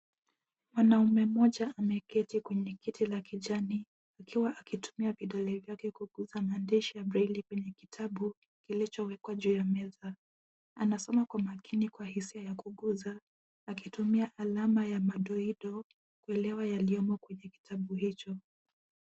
Mwanamume mmoja ameketi kwenye kiti la kijani, akiwa akitumia vidole vyake kuguza maandishi ya braili kwenye kitabu kilichowekwa juu ya meza. Anasoma kwa makini kwa hisia ya kuguza akitumia alama ya madoido kuelewa yaliyomo kwenye kitabu hicho.